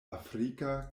afrika